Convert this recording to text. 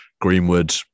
Greenwood